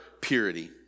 purity